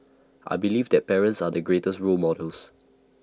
I believe that parents are the greatest role models